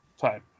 time